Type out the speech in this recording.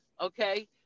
okay